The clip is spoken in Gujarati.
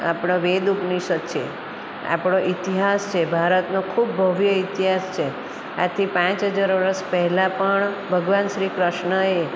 આપણા વેદ ઉપનિષદ છે આપણો ઇતિહાસ છે ભારતનો ખૂબ ભવ્ય ઇતિહાસ છે આજથી પાંચ હજાર વરસ પહેલાં પણ ભગવાન શ્રી ક્રૃષ્ણ